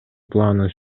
планын